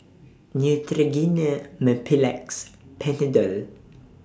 Neutrogena Mepilex Panadol